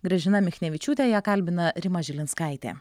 gražina michnevičiūtė ją kalbina rima žilinskaitė